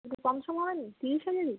একটু কম সম হবে না ত্রিশ হাজারই